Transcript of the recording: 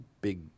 big